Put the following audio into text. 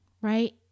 right